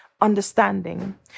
understanding